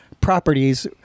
properties